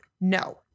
No